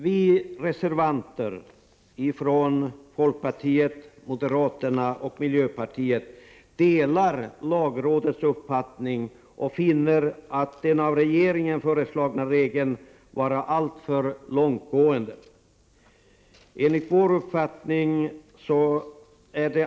Vi reservanter från folkpartiet, moderaterna och miljöpartiet delar lagrådets uppfattning och finner den av regeringen föreslagna regeln alltför långtgående.